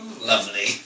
Lovely